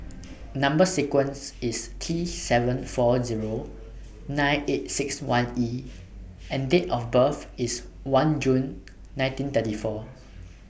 Number sequence IS T seven four Zero nine eight six one E and Date of birth IS one June nineteen thirty four